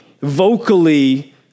vocally